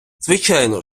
звичайно